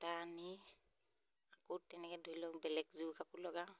এটা আনি আকৌ তেনেকৈ ধৰি লওক বেলেগ জোৰ কাপোৰ লগাওঁ